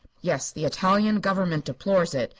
yes. the italian government deplores it.